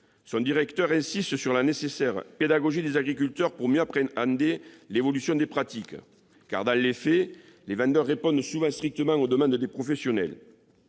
le directeur a insisté sur la nécessaire pédagogie des agriculteurs pour mieux appréhender l'évolution des pratiques. Dans les faits, les vendeurs répondent souvent strictement aux demandes des professionnels.